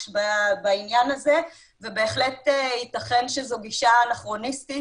בעניין הזה ובהחלט ייתכן שזו גישה אנכרוניסטית,